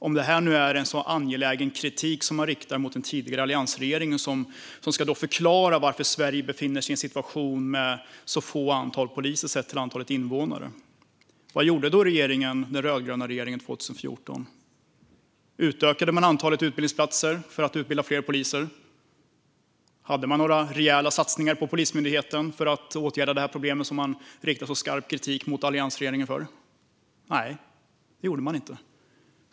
Om det nu var en angelägen kritik som man riktade mot den tidigare alliansregeringen, som skulle förklara varför Sverige befann sig i en situation med så få poliser sett till antalet invånare, kan man undra: Vad gjorde den rödgröna regeringen 2014? Utökade man antalet utbildningsplatser för att utbilda fler poliser? Gjorde man några rejäla satsningar på Polismyndigheten för att åtgärda det problem som man riktade skarp kritik mot alliansregeringen för? Nej, det gjorde man inte.